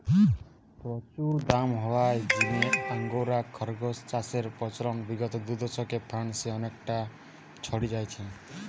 প্রচুর দাম হওয়ার জিনে আঙ্গোরা খরগোস চাষের প্রচলন বিগত দুদশকে ফ্রান্সে অনেকটা ছড়ি যাইচে